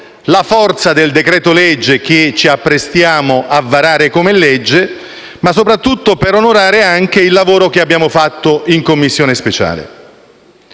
la forza del decreto-legge che ci apprestiamo a convertire in legge, soprattutto per onorare anche il lavoro che abbiamo fatto in Commissione speciale.